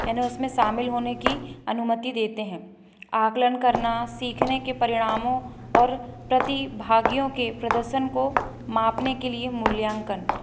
यानि उसमें शामिल होने की अनुमति देते हैं आकलन करना सिखने के परिणामों और प्रतिभागियों के प्रदर्शन को मापने के लिए मूल्यांकन